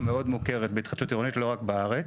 מאוד מוכרת בהתחדשות עירונית לא רק בארץ.